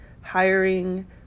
Hiring